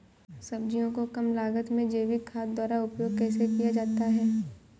सब्जियों को कम लागत में जैविक खाद द्वारा उपयोग कैसे किया जाता है?